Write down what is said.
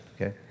okay